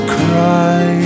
cry